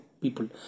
people